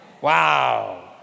Wow